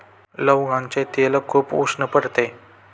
लवंगाचे तेल खूप उष्ण पडते